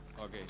Okay